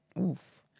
Oof